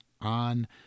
on